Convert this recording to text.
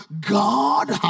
God